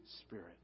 Spirit